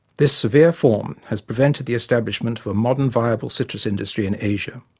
this severe form has prevented the establishment of a modern viable citrus industry in asia.